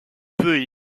peut